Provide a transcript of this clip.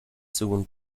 seconde